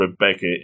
Rebecca